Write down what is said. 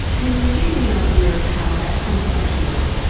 can you give me an idea of how that conversation went?